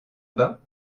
bas